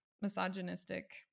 misogynistic